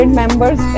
members